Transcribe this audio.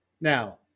now